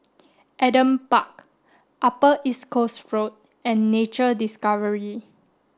Adam Park Upper East Coast Road and Nature Discovery